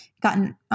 gotten